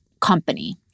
company